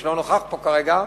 שאינו נוכח פה כרגע,